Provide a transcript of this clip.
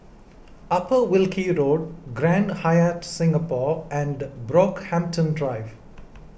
Upper Wilkie Road Grand Hyatt Singapore and Brockhampton Drive